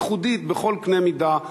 ייחודית בכל קנה מידה.